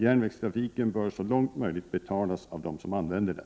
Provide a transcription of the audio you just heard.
Järnvägstrafiken bör så långt som möjligt betalas av dem som använder den.